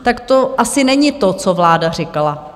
Tak to asi není to, co vláda říkala.